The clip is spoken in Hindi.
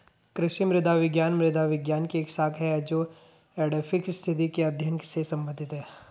कृषि मृदा विज्ञान मृदा विज्ञान की एक शाखा है जो एडैफिक स्थिति के अध्ययन से संबंधित है